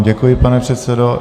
Děkuji vám, pane předsedo.